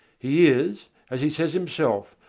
he is, as he says himself,